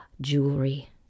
Jewelry